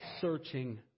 searching